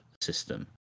system